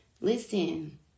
listen